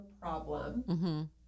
problem